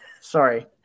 Sorry